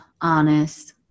honest